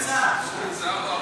בכל זאת הוא הגיע.